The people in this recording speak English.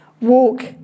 walk